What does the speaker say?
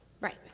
Right